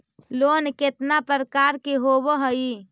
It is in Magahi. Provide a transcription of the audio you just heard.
लोन केतना प्रकार के होव हइ?